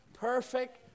perfect